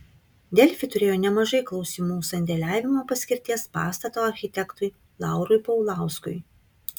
delfi turėjo nemažai klausimų sandėliavimo paskirties pastato architektui laurui paulauskui